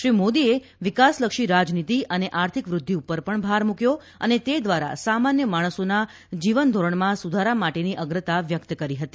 શ્રી મોદીએ વિકાસલક્ષી રાજનિતી અને આર્થિક વૃદ્વિ પર ભાર મૂકથો અને તે દ્વારા સામાન્ય માણસોના જીવન ધોરણમાં સુધારા માટેની અગ્રતા વ્યક્ત કરી હતી